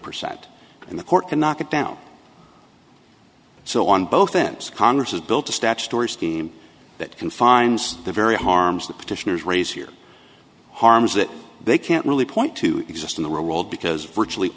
percent and the court cannot get down so on both ends congress has built a statutory scheme that confines the very harms the petitioners raise here harms that they can't really point to exist in the real world because virtually